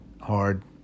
hard